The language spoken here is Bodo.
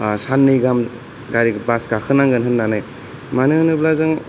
साननै गाहाम गारि बास गाखोनांगोन होननानै मानो होनोब्ला जों